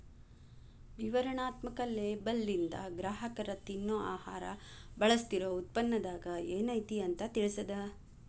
ವಿವರಣಾತ್ಮಕ ಲೇಬಲ್ಲಿಂದ ಗ್ರಾಹಕರ ತಿನ್ನೊ ಆಹಾರ ಬಳಸ್ತಿರೋ ಉತ್ಪನ್ನದಾಗ ಏನೈತಿ ಅಂತ ತಿಳಿತದ